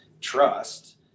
trust